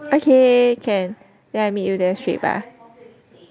okay can then I meet you there straight 吧